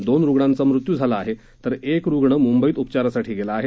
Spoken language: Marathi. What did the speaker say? दोन रुग्णांचा मृत्यू झालाय तर एक रुग्ण मुंबईत उपचारासाठी गेलाय